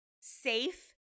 safe